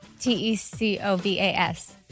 T-E-C-O-V-A-S